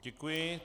Děkuji.